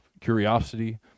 curiosity